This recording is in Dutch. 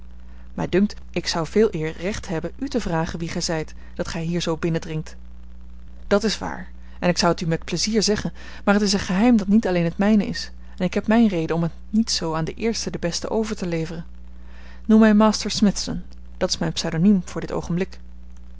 mij dunkt ik zou veeleer recht hebben u te vragen wie gij zijt dat gij hier zoo binnendringt dat is waar en ik zou het u met pleizier zeggen maar het is een geheim dat niet alleen het mijne is en ik heb mijn reden om het niet zoo aan de eerste de beste over te leveren noem mij master smithson dat is mijn pseudoniem voor dit oogenblik